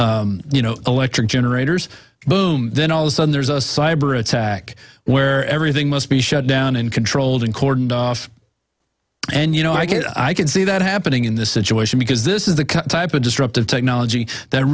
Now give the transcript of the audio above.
you know electric generators boom then all of sudden there's a cyber attack where everything must be shut down and controlled and cordoned off and you know i get i can see that happening in this situation because this is the ca type of disruptive technology that